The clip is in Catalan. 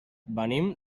venim